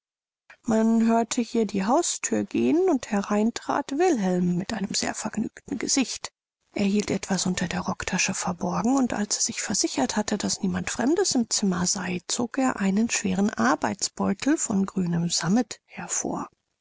man hörte hier die hausthür gehen und herein trat wilhelm mit einem sehr vergnügten gesicht er hielt etwas unter der rocktasche verborgen und als er sich versichert hatte daß niemand fremdes im zimmer sei zog er einen schweren arbeitsbeutel von grünem sammet hervor